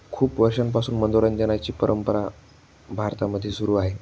खूप वर्षांपासून मनोरंजनाची परंपरा भारतामध्ये सुरू आहे